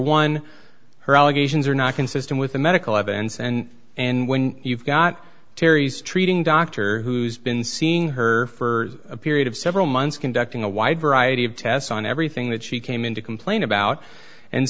one her allegations are not consistent with the medical evidence and and when you've got terri's treating doctor who's been seeing her for a period of several months conducting a wide variety of tests on everything that she came in to complain about and